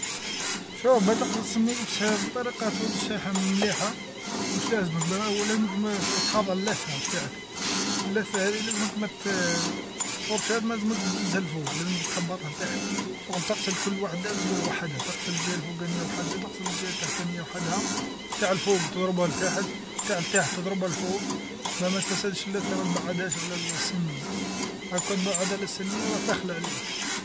شوف باه تغسل سنيك بطريقة تعود صحيحة مليحة واش لازمك تحافظ على اللثة تاعك، اللثة هاذي لازمك ما لازمكش تدزها الفوق لازمك تهبطها التحت، شغل تقسل كل وحدة بوحدها، تقسل الجهة الفوقانية وحدها تغسل الجهة التحتانية وحدها، تاع الفوق تضربها التحت تع التحت تضربها الفوق، باه ما تفسدس اللثة ما تبعدهاش على السنين. هالو كان تبعد على السنين راه تخلا عليك.